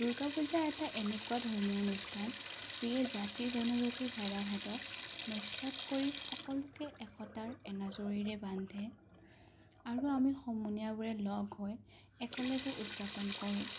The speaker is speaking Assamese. দুৰ্গা পূজা এটা এনেকুৱা ধৰ্মীয় অনুষ্ঠান যিয়ে জাতি জনজাতিৰ ভেদাভেদক নস্যাৎ কৰি সকলোকে একতাৰ এনাজৰীৰে বান্ধে আৰু আমি সমনীয়াবোৰে লগ হৈ একেলগে উদযাপন কৰোঁ